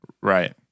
Right